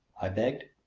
i begged.